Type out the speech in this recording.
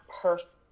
perfect